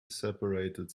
separated